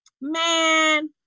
man